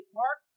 mark